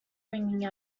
ringing